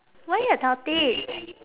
why a tortoise